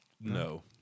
No